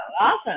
awesome